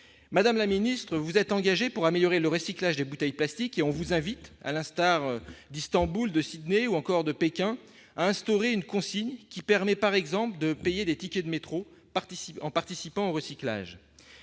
madame la ministre, vous êtes engagés pour améliorer le recyclage des bouteilles plastique et on vous invite à l'instar d'Istanbul de Sydney ou encore de Pékin, instaurer une consigne qui permet par exemple de payer des tickets de métro participe en participant au recyclage,